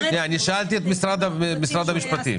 שאלתי את משרד המשפטים.